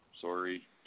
Sorry